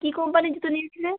কী কোম্পানির জুতো নিয়েছিলে